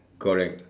correct